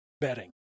betting